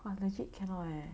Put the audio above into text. !wah! legit cannot eh